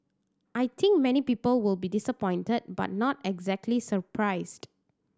I think many people will be disappointed but not exactly surprised